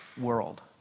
world